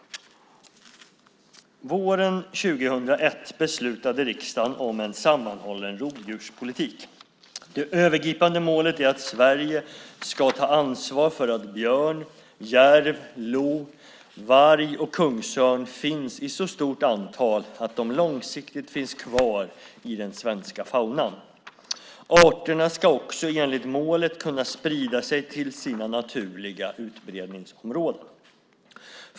Våren 2001 beslutade riksdagen om en sammanhållen rovdjurspolitik. Det övergripande målet är att Sverige ska ta ansvar för att björn, järv, lo, varg och kungsörn finns i ett så stort antal att de långsiktigt finns kvar i den svenska faunan. Arterna ska också enligt målet kunna sprida sig till sina naturliga utbredningsområden.